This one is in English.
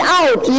out